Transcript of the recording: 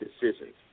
decisions